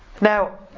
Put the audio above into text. Now